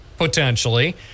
Potentially